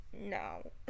no